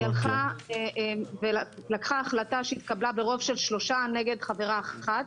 היא לקחה החלטה שהתקבלה ברוב של שלושה נגד חברה אחת,